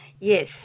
Yes